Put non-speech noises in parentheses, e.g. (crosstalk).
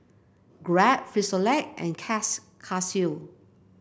Grab Frisolac and (unintelligible) Casio